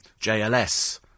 JLS